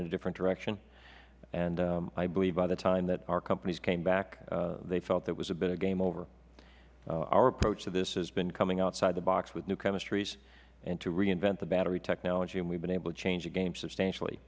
a different direction i believe by the time that our companies came back they felt that it was a bit of game over our approach to this has been coming outside the box with new chemistries and to reinvent the battery technology and we have been able to change the game substantially